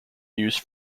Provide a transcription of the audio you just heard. used